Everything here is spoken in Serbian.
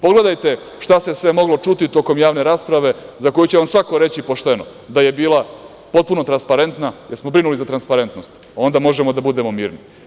Pogledajte šta se sve moglo čuti tokom javne rasprave za koju će vam svako reći pošteno da je bila potpuno transparentna, da smo brinuli o transparentnosti i onda možemo da budemo miri.